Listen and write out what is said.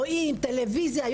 רואים טלוויזיה,